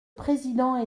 président